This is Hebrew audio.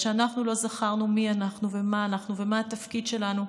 שאנחנו לא זכרנו מי אנחנו ומה אנחנו ומה התפקיד שלנו,